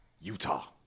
Utah